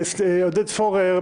עודד פורר,